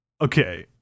Okay